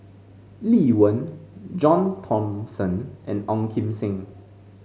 Lee Wen John Thomson and Ong Kim Seng